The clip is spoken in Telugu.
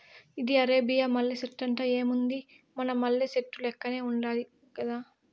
ఇది అరేబియా మల్లె సెట్టంట, ఏముంది మన మల్లె సెట్టు లెక్కనే ఉండాది గదా